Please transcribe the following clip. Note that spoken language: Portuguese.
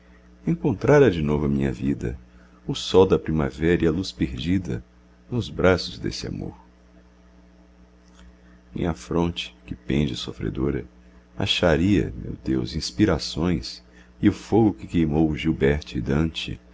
rigor encontrara de novo a minha vida o sol da primavera e a luz perdida nos braços desse amor minha fronte que pende sofredora acharia meu deus inspirações e o fogo que queimou gilbert e ante